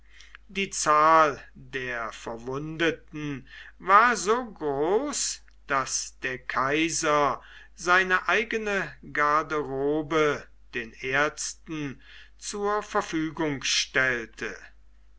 die zahl der verwundeten war so groß daß der kaiser seine eigene garderobe den ärzten zur verfügung stellte